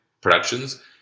productions